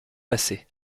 passé